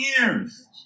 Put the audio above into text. years